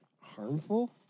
Harmful